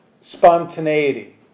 Spontaneity